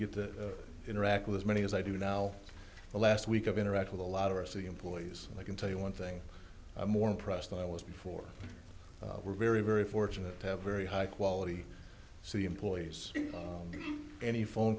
get to interact with as many as i do now the last week of interact with a lot of our city employees i can tell you one thing more impressed than i was before we're very very fortunate to have very high quality so the employees any phone